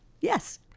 yes